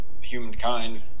humankind